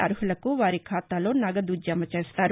అర్హులకు వారి ఖాతాలో నగదు జమ చేస్తారు